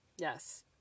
Yes